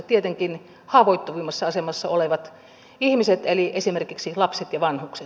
tietenkin haavoittuvimmassa asemassa olevat ihmiset eli esimerkiksi lapset ja vanhukset